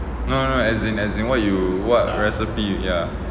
no no as in as in what you what recipe you ya